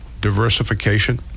Diversification